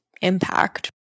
impact